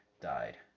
died